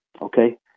okay